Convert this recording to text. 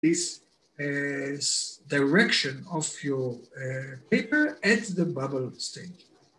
this direction of your paper at the bubble stage.